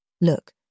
Look